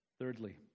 Thirdly